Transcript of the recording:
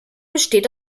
besteht